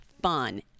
fun